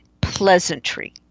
pleasantry